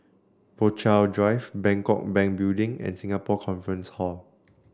Rochalie Drive Bangkok Bank Building and Singapore Conference Hall